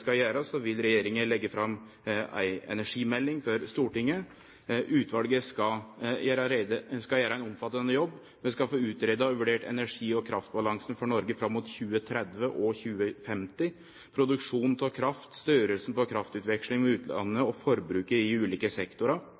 skal gjere, vil regjeringa leggje fram ei energimelding for Stortinget. Utvalet skal gjere ein omfattande jobb. Vi skal få utgreidd og vurdert energi- og kraftbalansen for Noreg fram mot 2030 og 2050. Produksjonen av kraft, storleiken på kraftutvekslinga med utlandet og forbruket i ulike sektorar